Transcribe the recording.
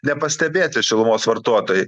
nepastebėti šilumos vartotojai